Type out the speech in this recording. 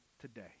today